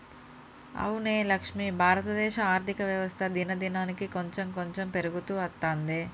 అవునే లక్ష్మి భారతదేశ ఆర్థిక వ్యవస్థ దినదినానికి కాంచెం కాంచెం పెరుగుతూ అత్తందే